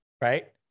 right